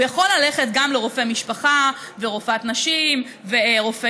הוא יכול ללכת גם לרופא משפחה ורופאת נשים ורופא